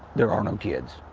there are no kids.